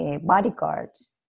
bodyguards